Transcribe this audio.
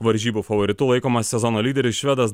varžybų favoritu laikomas sezono lyderis švedas